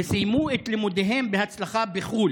המבחן בשנת הלימודים 2017 וסיימו את לימודים בהצלחה בחו"ל